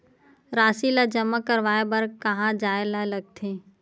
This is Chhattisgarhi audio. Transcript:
राशि ला जमा करवाय बर कहां जाए ला लगथे